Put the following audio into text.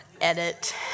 Edit